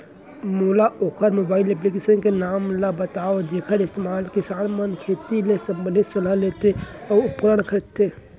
मोला वोकर mobile application के नाम ल बतावव जेखर इस्तेमाल किसान मन खेती ले संबंधित सलाह लेथे अऊ उपकरण खरीदथे?